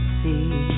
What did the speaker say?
see